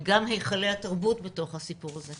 גם היכלי התרבות בתוך הסיפור הזה.